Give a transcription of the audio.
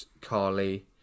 carly